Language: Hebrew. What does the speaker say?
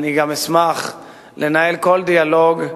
אני גם אשמח לנהל כל דיאלוג,